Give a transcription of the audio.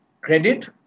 credit